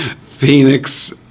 Phoenix